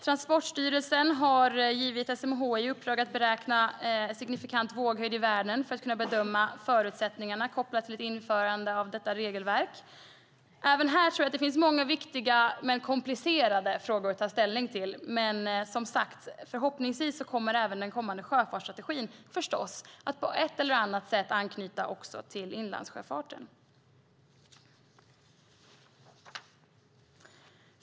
Transportstyrelsen har givit SMHI i uppdrag att beräkna signifikant våghöjd i Vänern för att kunna bedöma förutsättningarna för införande av detta regelverk. Även här tror jag att det finns många viktiga men komplicerade frågor att ta ställning till. Men, som sagt, förhoppningsvis kommer även den kommande sjöfartsstrategin att på ett eller annat sätt anknyta också till inlandssjöfarten.